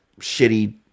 shitty